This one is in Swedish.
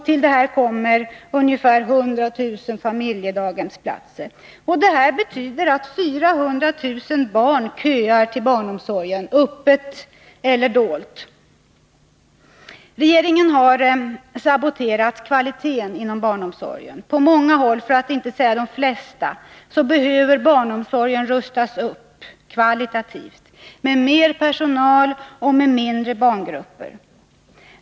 Till detta kommer ca 100 000 familjedaghemsplatser. Detta betyder att 400 000 barn köar till barnomsorgen — öppet eller dolt. Regeringen har saboterat kvaliteten inom barnomsorgen. På många håll — för att inte säga de flesta — behöver barnomsorgen rustas upp kvalitativt med mer personal och mindre barngrupper.